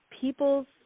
people's